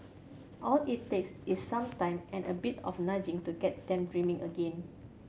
all it takes is some time and a bit of nudging to get them dreaming again